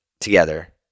together